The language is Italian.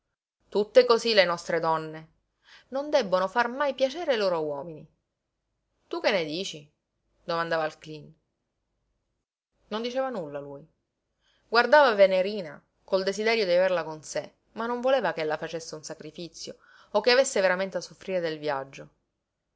tutte cosí le nostre donne non debbono far mai piacere ai loro uomini tu che ne dici domandava al cleen non diceva nulla lui guardava venerina col desiderio di averla con sé ma non voleva che ella facesse un sacrifizio o che avesse veramente a soffrire del viaggio